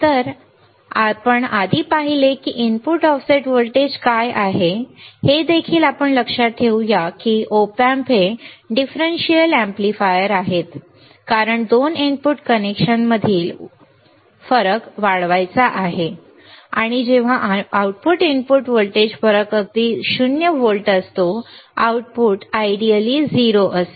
तर आपण आधी पाहिले की इनपुट ऑफसेट व्होल्टेज काय आहे हे देखील आपण लक्षात ठेवूया की Op Amp हे डिफरेंशियल अॅम्प्लीफायर आहेत कारण 2 इनपुट कनेक्शनमधील व्होल्टेजमधील फरक वाढवायचा आहे आणि जेव्हा आउटपुट इनपुट व्होल्टेज फरक अगदी 0 व्होल्ट असतो आउटपुट आदर्शपणे 0 असेल